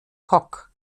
kok